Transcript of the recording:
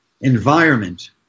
environment